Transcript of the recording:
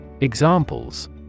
Examples